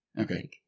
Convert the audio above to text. Okay